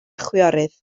chwiorydd